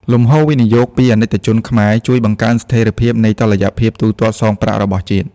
លំហូរវិនិយោគពី អាណិកជនខ្មែរ ជួយបង្កើនស្ថិរភាពនៃតុល្យភាពទូទាត់សងប្រាក់របស់ជាតិ។